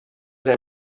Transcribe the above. they